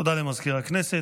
תודה למזכיר הכנסת.